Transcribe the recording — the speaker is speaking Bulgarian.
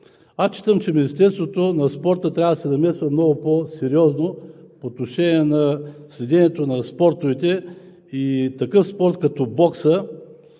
Считам, че Министерството на младежта и спорта трябва да се намесва много по-сериозно по отношение на следенето на спортовете. Такъв спорт като бокса